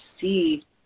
see